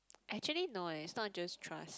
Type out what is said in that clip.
actually no eh it's not just trust